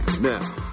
Now